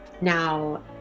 now